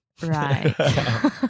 Right